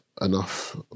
enough